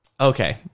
Okay